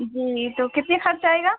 جی تو کتنے خرچ آئے گا